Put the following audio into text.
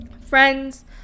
friends